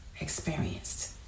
experienced